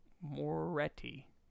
Moretti